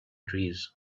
trees